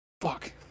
Fuck